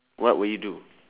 what would you do